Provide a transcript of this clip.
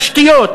תשתיות,